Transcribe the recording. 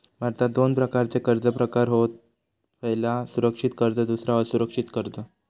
भारतात दोन प्रकारचे कर्ज प्रकार होत पह्यला सुरक्षित कर्ज दुसरा असुरक्षित कर्ज